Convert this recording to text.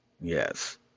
Yes